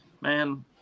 man